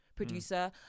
producer